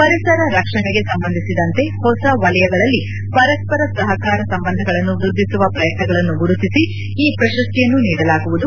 ಪರಿಸರ ರಕ್ಷಣೆಗೆ ಸಂಬಂಧಿಸಿದಂತೆ ಹೊಸ ವಲಯಗಳಲ್ಲಿ ಪರಸ್ಸರ ಸಹಕಾರ ಸಂಬಂಧಗಳನ್ನು ವೃದ್ಧಿಸುವ ಪ್ರಯತ್ನಗಳನ್ನು ಗುರುತಿಸಿ ಈ ಪ್ರಶಸ್ತಿಯನ್ನು ನೀಡಲಾಗುವುದು